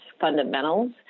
fundamentals